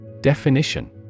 Definition